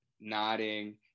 nodding